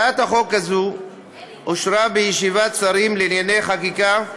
הצעת החוק הזאת אושרה בישיבת שרים לענייני חקיקה,